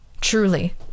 truly